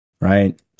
right